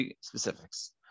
specifics